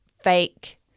fake